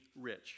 rich